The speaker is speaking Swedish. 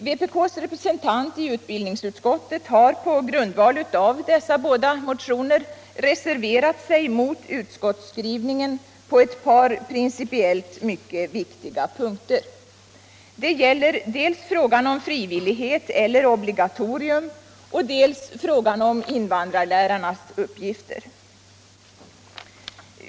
Vpk:s representant i utbildningsutskottet har på grundval av dessa motioner reserverat sig mot utskottsskrivningen på ett par principiellt mycket viktiga punkter. Det gäller dels frågan om frivillighet eller obligatorium, dels frågan om invandrarlärarnas uppgifter.